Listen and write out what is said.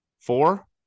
Four